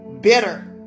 Bitter